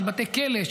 של בתי כלא.